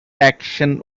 action